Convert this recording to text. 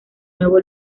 nuevo